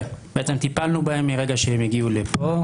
כן, בעצם טיפלנו בהם מרגע שהם הגיעו לפה.